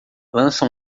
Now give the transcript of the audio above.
lança